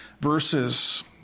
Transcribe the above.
verses